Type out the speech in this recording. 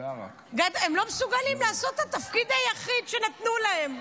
הם לא מסוגלים לעשות את התפקיד היחיד שנתנו להם.